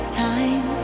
time